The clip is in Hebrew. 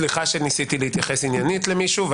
סליחה שניסיתי להתייחס עניינית למישהו.